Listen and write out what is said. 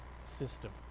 system